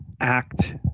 Act